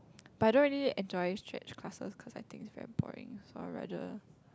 but I don't really enjoy stretch classes cause I think is very boring so I rather